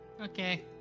Okay